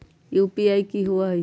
UPI कि होअ हई?